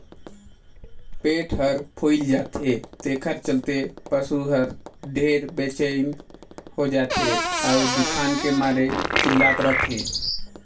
पेट हर फूइल जाथे तेखर चलते पसू हर ढेरे बेचइन हो जाथे अउ दुखान के मारे चिल्लात रथे